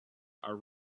are